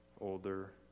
older